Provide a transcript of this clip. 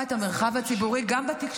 אני רואה את המרחב הציבורי גם בתקשורת,